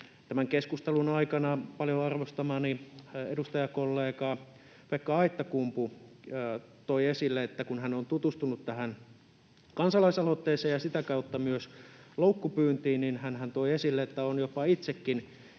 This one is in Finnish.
Tämän keskustelun aikana paljon arvostamani edustajakollega Pekka Aittakumpu toi esille, että kun hän on tutustunut tähän kansalaisaloitteeseen, niin hän on tutustunut sitä kautta myös loukkupyyntiin, ja hänhän toi esille, että on jopa itsekin